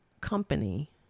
company